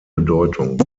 bedeutung